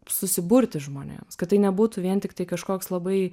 susiburti žmonėms kad tai nebūtų vien tiktai kažkoks labai